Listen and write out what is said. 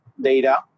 data